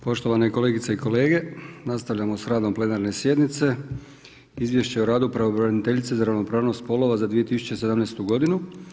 Poštovane kolegice i kolege, nastavljamo s radom plenarne sjednice. - Izvješće o radu pravobraniteljice za ravnopravnost spolova za 2017. godinu.